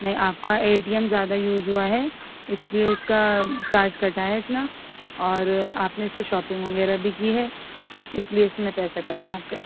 میں آپ کا اے ٹی ایم زیادہ یوز ہوا ہے اس لیے اس کا چارج کٹا ہے اتنا اور آپ نے اس سے شاپنگ وغیرہ بھی کی ہے اس لیے اتنے پیسے کٹے ہیں آپ کے